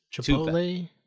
Chipotle